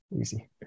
easy